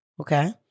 okay